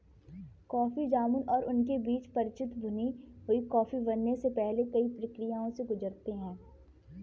coffee जामुन और उनके बीज परिचित भुनी हुई कॉफी बनने से पहले कई प्रक्रियाओं से गुजरते हैं